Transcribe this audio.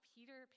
Peter